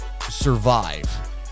survive